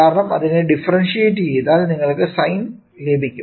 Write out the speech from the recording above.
കാരണം അതിനെ ഡിഫേറെൻഷിയേറ്റ് ചെയ്താൽ നിങ്ങൾക്ക് സൈൻ ലഭിക്കും